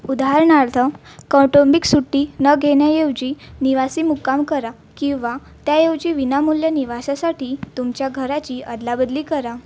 उदाहरणार्थ कौटुंबिक सुट्टी न घेण्याऐवजी निवासी मुक्काम करा किंवा त्याऐवजी विनामूल्य निवासासाठी तुमच्या घराची अदलाबदली करा